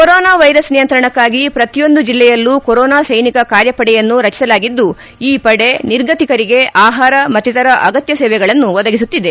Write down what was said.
corona virus ನಿಯಂತ್ರಣಕ್ಕಾಗಿ ಪ್ರತಿಯೊಂದು ಜಿಲ್ಲೆಯಲ್ಲೂ ಕೊರೊನಾ ಸೈನಿಕ ಕಾರ್ಯಪಡೆಯನ್ನು ರಚಿಸಲಾಗಿದ್ದು ಈ ಪಡೆ ನಿರ್ಗತಿಕರಿಗೆ ಆಹಾರ ಮತ್ತಿತರ ಅಗತ್ಯ ಸೇವೆಗಳನ್ನು ಒದಗಿಸುತ್ತಿದೆ